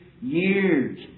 years